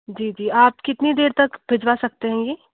जी जी आप कितनी देर तक भिजवा सकते हैं ये